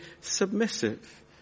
submissive